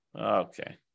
Okay